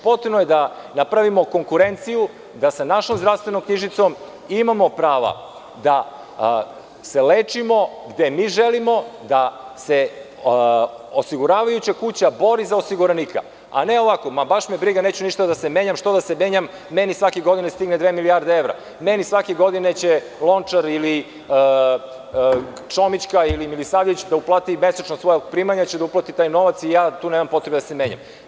Potrebno je da napravimo konkurenciju, da sa našom zdravstvenom knjižicom imamo pravo da se lečimo gde mi želimo, da se osiguravajuća kuća bori za osiguranika, a ne ovako - baš me briga, neću ništa da se menjam, što da se menjam, meni svake godine stigne dve milijarde evra, meni će svake godine Lončar ili Čomićka ili Milisavljevićda uplati mesečno od svog primanja taj novac i nema potrebe da se menjam.